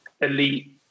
elite